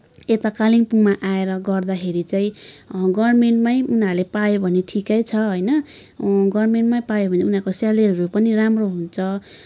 यता कालिम्पोङमा आएर गर्दाखेरि चाहिँ गभर्मेन्टमै उनीहरूले पायो भने ठिकै छ होइन गभर्मेनटमै पायो भने उनीहरूको सेलरीहरू पनि राम्रो हुन्छ